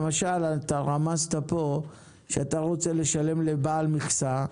למשל אתה רמזת פה שאתה רוצה לשלם לבעל מכסה,